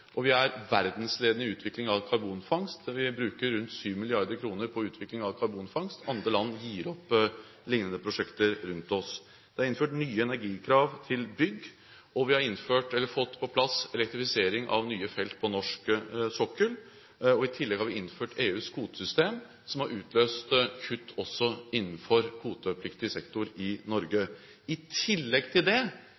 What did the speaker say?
og vi er verdensledende i utviklingen av karbonfangst. Vi bruker rundt 7 mrd. kr på utviklingen av karbonfangst, andre land gir opp lignende prosjekter rundt oss. Det er innført nye energikrav til bygg, vi har fått på plass elektrifisering av nye felt på norsk sokkel, og vi har innført EUs kvotesystem, som har utløst kutt også innenfor kvotepliktig sektor i Norge.